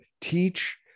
teach